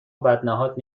بدنهاد